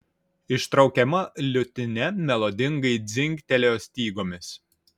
ištraukiama liutnia melodingai dzingtelėjo stygomis